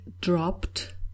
dropped